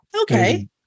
okay